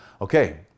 okay